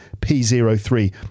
P03